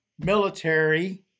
military